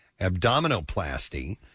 Abdominoplasty